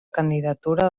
candidatura